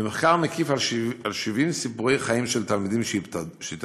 במחקר מקיף על 70 סיפורי חיים של תלמידים שהתאבדו